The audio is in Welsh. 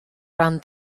ran